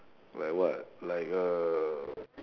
like what like uh